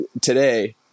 today